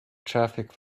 traffic